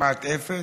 כמעט אפס,